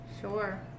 Sure